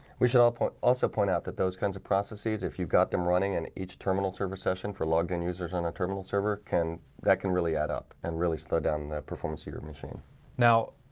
we should all point also point out that those kinds of processes if you've got them running in each terminal server session for logged in users on a terminal server can that can really add up and really slow down the performance of your machine now?